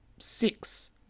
Six